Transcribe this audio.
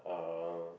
uh